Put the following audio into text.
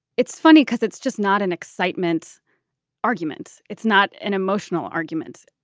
it's funny because it's just not an excitement arguments. it's not an emotional argument